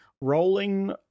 rolling